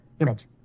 image